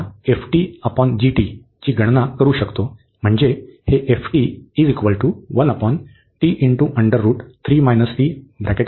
हे आत्ता घेतल्यास आपण या ची गणना करू शकतो म्हणजे हे